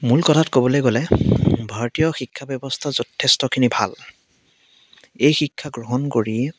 মূল কথাত ক'বলৈ গ'লে ভাৰতীয় শিক্ষা ব্যৱস্থা যথেষ্টখিনি ভাল এই শিক্ষা গ্ৰহণ কৰি